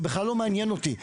זה בכלל לא מעניין אותי.